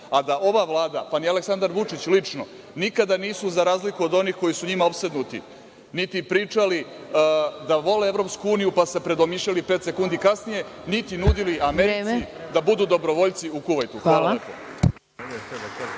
a da ova Vlada, pa ni Aleksandar Vučić lično, nikada nisu za razliku od onih kojima su njima opsednuti niti pričali da vole EU, pa se predomišljali pet sekundi kasnije, niti nudili Americi da budu dobrovoljci u Kuvajtu. Hvala.